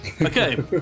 Okay